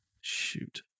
shoot